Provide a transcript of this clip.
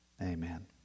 Amen